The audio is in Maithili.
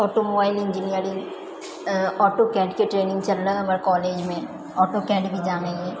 ऑटोमोबाइल इन्जीनियरिंग ऑटोकैडके ट्रेनिंग चललै हमर कॉलेजमे ऑटोकैड भी जानै छियै